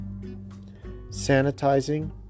Sanitizing